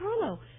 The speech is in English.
Carlo